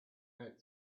out